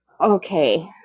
okay